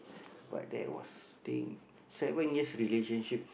but that was think seven years relationship